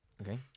Okay